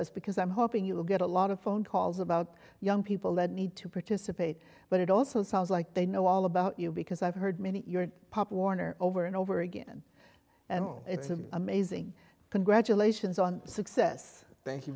us because i'm hoping you will get a lot of phone calls about young people that need to participate but it also sounds like they know all about you because i've heard many pop warner over and over again and it's an amazing congratulations on success thank you